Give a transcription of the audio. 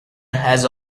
has